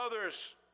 others